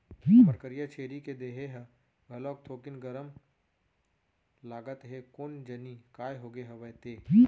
हमर करिया छेरी के देहे ह घलोक थोकिन गरम लागत हे कोन जनी काय होगे हवय ते?